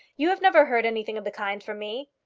you have never heard anything of the kind from me.